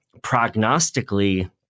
prognostically